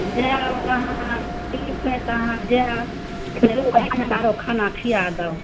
जे अपन अहाँकेँ ठीक है तऽ अहाँ जे अपन आरो खाना खिआ देब